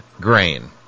grain